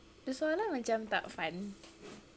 the soalan macam tak fun